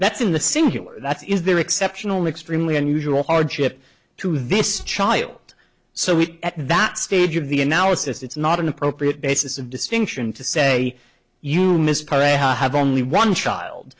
singular that is there are exceptional extremely unusual hardship to this child so we at that stage of the analysis it's not an appropriate basis of distinction to say you have only one child